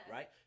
Right